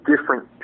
different